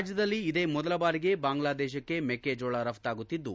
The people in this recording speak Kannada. ರಾಜ್ಯದಲ್ಲಿ ಇದೇ ಮೊದಲ ಬಾರಿಗೆ ಬಾಂಗ್ಲಾದೇಶಕ್ಕೆ ಮೆಕ್ಕೆಜೋಳ ರಫ್ತಾಗುತ್ತಿದ್ದು